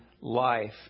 life